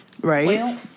right